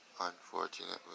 unfortunately